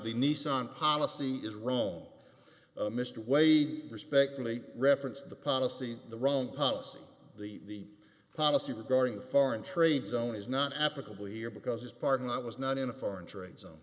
the nissan policy is wrong mr wade respectfully referenced the policy the wrong policy the policy regarding the foreign trade zone is not applicable here because this parking lot was not in a foreign trade